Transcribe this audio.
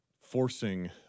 forcing